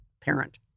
parent